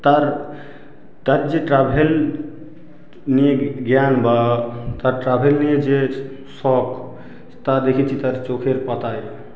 তার তার যে ট্রাভেল নিয়ে জ্ঞান বা তার ট্রাভেল নিয়ে যে শখ তা দেখেছি তার চোখের পাতায়